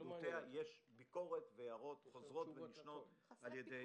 יש ביקורת והערות חוזרות ונשנות על ידי הורים.